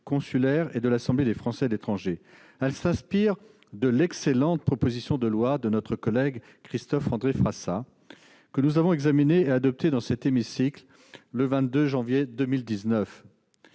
consulaires et de l'Assemblée des Français de l'étranger. Elle s'inspire de l'excellente proposition de loi de notre collègue Christophe-André Frassa, que nous avons examinée et adoptée le 22 janvier 2019.